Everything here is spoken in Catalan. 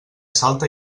salta